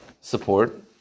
support